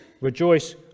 Rejoice